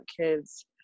kids